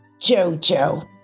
JoJo